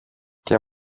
και